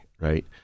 right